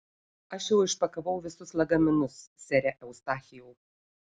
aš jau išpakavau visus lagaminus sere eustachijau